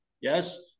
yes